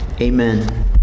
amen